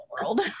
world